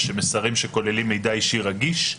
ושמסרים שכוללים מידע אישי רגיש,